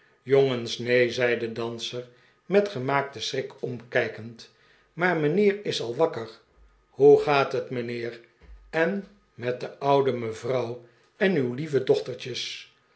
neen zei de danser met gemaakten schrik omkijkend maar mijnheer is al wakker hoe gaat het mijnheer en met de oude mevrouw en uw lieve dochtertjes